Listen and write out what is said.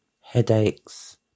headaches